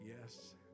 yes